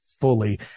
fully